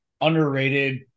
underrated